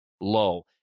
low